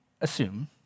assume